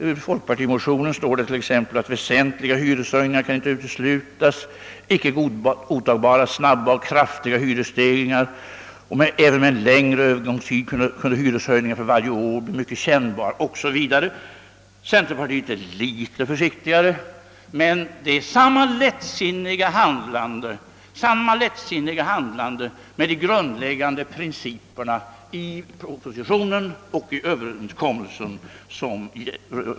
I folkpartimotionen heter det t.ex.: Väsentliga hyreshöjningar kan inte uteslutas; det blir icke godtagbara snabba och kraftiga hyresstegringar, och även med en längre övergångstid kan hyreshöjningen för varje år vara mycket kännbar, 0. s. Vv. Centerpartiet är litet försiktigare men behandlar lika lättsinnigt de grundläggande principerna i propositionen och överenskommelsen.